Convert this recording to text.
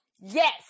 Yes